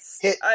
hit